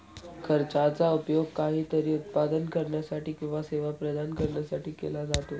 खर्चाचा उपयोग काहीतरी उत्पादन करण्यासाठी किंवा सेवा प्रदान करण्यासाठी केला जातो